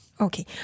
Okay